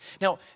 Now